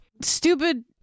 Stupid